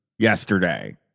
yesterday